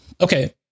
Okay